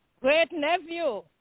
great-nephew